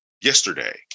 yesterday